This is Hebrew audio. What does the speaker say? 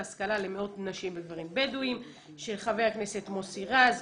השכלה למאות נשים וגברים בדואים של חה"כ מוסי רז,